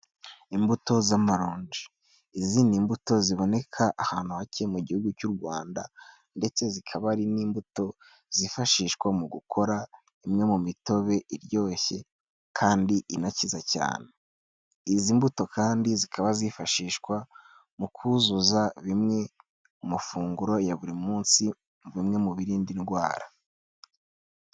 Imbuto z'amaronji. Izi ni imbuto ziboneka ahantu hake mu gihugu cy'u Rwanda; ndetse zikaba ari n'imbuto zifashishwa mu gukora imwe mu mitobe iryoshye kandi inakiza cyane. Izi mbuto kandi zikaba zifashishwa mu kuzuza bimwe mu mafunguro ya buri munsi; bimwe mu birinda indwara.